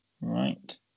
right